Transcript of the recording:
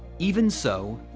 even so,